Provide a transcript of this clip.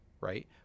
right